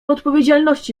odpowiedzialności